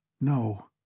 No